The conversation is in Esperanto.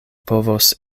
povos